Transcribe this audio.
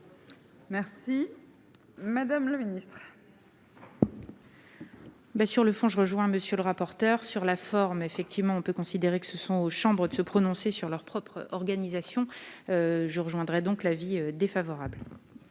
Merci madame la Ministre. Mais sur le fond, je rejoins monsieur le rapporteur sur la forme, effectivement, on peut considérer que ce sont aux chambres de se prononcer sur leur propre organisation je rejoindrais donc l'avis défavorable.